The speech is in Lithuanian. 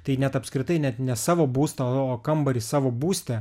tai net apskritai net ne savo būsto o kambarį savo būste